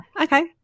Okay